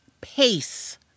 pace